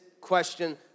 question